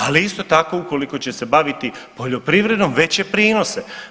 Ali isto tako, ukoliko će se baviti poljoprivredom veće prinose.